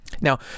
Now